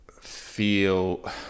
feel